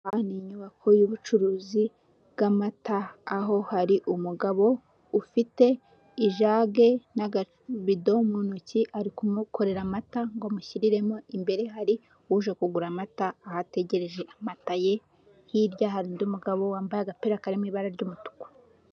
Ni inyubako y'ubucuruzi bw'amata aho hari umugabo ufite ijage n'akabido mu ntoki ari kumukorera amata ngo amushyiriremo imbere hari uje kugura amata ahategereje amata ye hirya hari undi mugabo wambaye agapira karimo ibara ry'umutuku.